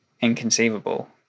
inconceivable